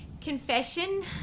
Confession